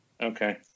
Okay